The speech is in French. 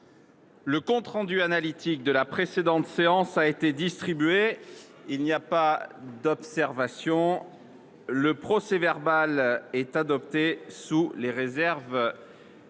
Le compte rendu analytique de la précédente séance a été distribué. Il n’y a pas d’observation ?… Le procès verbal est adopté sous les réserves